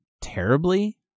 terribly